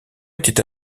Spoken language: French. était